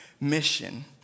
mission